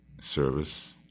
service